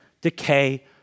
decay